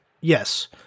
Yes